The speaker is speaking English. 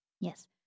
Yes